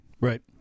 Right